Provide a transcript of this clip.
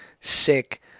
sick